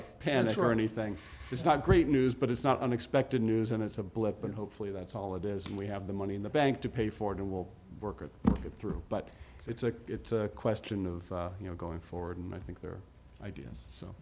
a panic or anything it's not great news but it's not unexpected news and it's a blip and hopefully that's all it is and we have the money in the bank to pay for it and we'll work it through but it's a question of you know going forward and i think they're ideas so